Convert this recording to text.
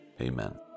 amen